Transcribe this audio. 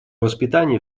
воспитание